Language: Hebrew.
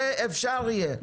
זה אפשר יהיה.